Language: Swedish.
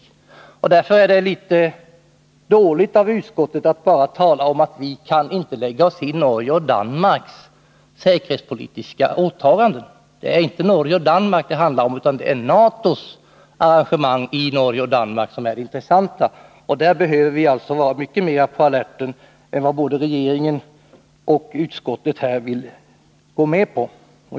Jag tycker därför att det är litet dåligt av utskottet att bara tala om att vi inte kan lägga oss i Norges och Danmarks säkerhetspolitiska åtaganden. Det är inte Norge och Danmark det här handlar om — det är NATO:s arrangemangi Norge och Danmark som är det intressanta, och där behöver vi vara mycket mera på alerten än både regeringen och utskottet vill gå med på.